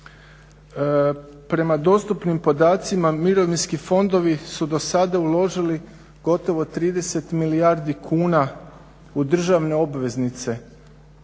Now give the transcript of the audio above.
Prema dostupnim podacima mirovinski fondovi su do sada uložili gotovo 30 milijardi kuna u državne obveznice,